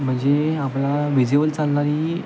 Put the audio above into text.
म्हणजे आपला विजेवर चालणारी